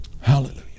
Hallelujah